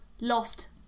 lost